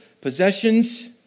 possessions